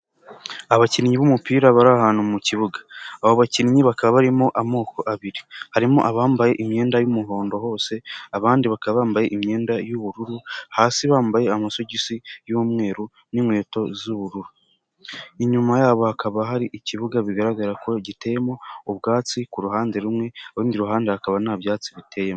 Abakinnyi b'umupira bari ahantu mu kibuga, abo bakinnyi bakaba barimo amoko abiri, harimo abambaye imyenda y'umuhondo hose, abandi bakaba bambaye imyenda y'ubururu, hasi bakaba bambaye amasogisi y'umweru n'inkweto z'ubururu, inyuma yabo hakaba hari ikibuga, bigaragara ko giteyemo ubwatsi ku ruhande rumwe, urundi ruhande hakaba nta byatsi biteyemo.